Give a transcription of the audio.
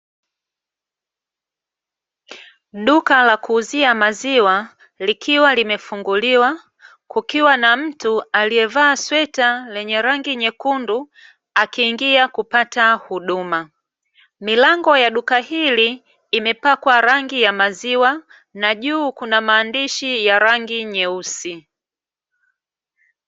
Duka la kuuzia maziwa likiwa limefunguliwa, kukiwa na mtu aliyevaa sweta lenye rangi nyekundu akiingia kupata huduma. Milango ya duka hili imepakwa rangi ya maziwa na juu kuna maandishi ya rangi nyeusi.